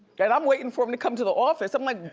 and i'm waitin' for him to come to the office. i'm like,